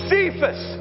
Cephas